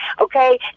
Okay